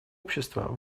общества